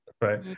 right